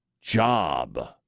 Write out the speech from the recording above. job